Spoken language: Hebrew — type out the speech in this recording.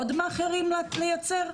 עוד מאכרים לייצר?